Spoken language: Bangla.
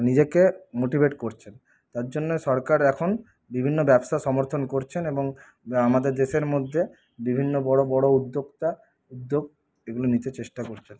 নিজেকে মোটিভেট করছেন তার জন্যে সরকার এখন বিভিন্ন ব্যবসা সমর্থন করছেন এবং আমাদের দেশের মধ্যে বিভিন্ন বড়ো বড়ো উদ্যোক্তা উদ্যোগ এগুলো নিতে চেষ্টা করছে